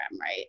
right